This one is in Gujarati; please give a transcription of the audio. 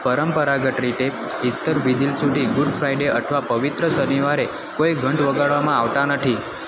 પરંપરાગત રીતે ઈસ્ટર વિજિલ સુધી ગુડ ફ્રાઈડે અથવા પવિત્ર શનિવારે કોઈ ઘંટ વગાડવામાં આવતા નથી